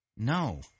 No